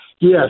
yes